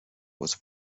was